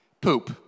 Poop